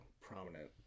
prominent